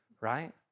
right